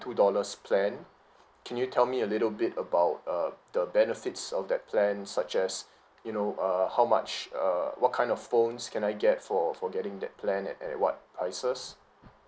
two dollars plan can you tell me a little bit about uh the benefits of that plan such as you know uh how much err what kind of phones can I get for for getting that plan and at at what prices